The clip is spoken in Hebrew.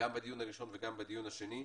לגבי הדיון הראשון וגם לגבי השני,